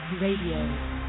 Radio